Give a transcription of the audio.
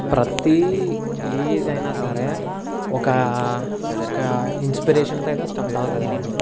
ప్రతి ఏదైనా సరే ఒక ఒక ఇన్స్పిరేషన్ తో అయితే స్టార్ట్ అవుతుంది అండి